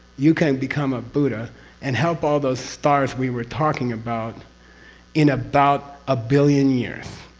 you can become a buddha and help all those stars we were talking about in about a billion years.